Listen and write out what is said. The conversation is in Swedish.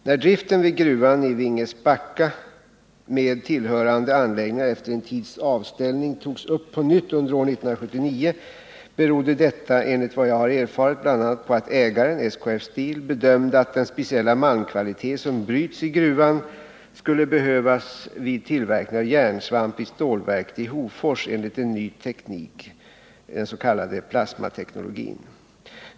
När driften vid gruvan i Vingesbacke med tillhörande anläggningar efter en tids avställning togs upp på nytt under år 1979 berodde detta, enligt vad jag har erfarit, bl.a. på att ägaren, SKF Steel, bedömde att den speciella malmkvalitet som bryts i gruvan skulle behövas vid tillverkningen av järnsvamp vid stålverket i Hofors enligt en ny teknik, s.k. plasmateknologi.